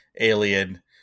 Alien